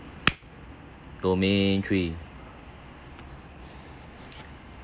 domain three